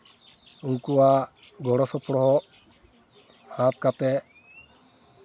ᱩᱱᱠᱩᱣᱟᱜ ᱜᱚᱲᱚᱼᱥᱚᱯᱲᱚ ᱦᱟᱛ ᱠᱟᱛᱮᱫ